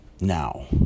now